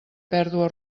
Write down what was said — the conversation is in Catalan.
pèrdua